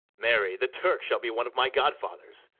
marry, the turk shall be one of my godfathers,